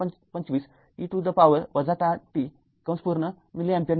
२५ e to the power १० t milliampere मिळेल